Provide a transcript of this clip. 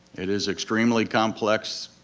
it is extremely complex.